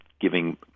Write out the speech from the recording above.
giving